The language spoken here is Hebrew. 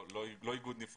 לא איגוד.